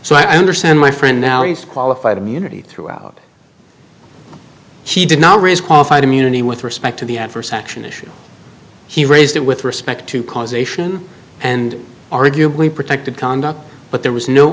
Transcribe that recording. so i understand my friend now he's qualified immunity throughout she did not raise qualified immunity with respect to the adverse action issue he raised with respect to causation and arguably protected conduct but there was no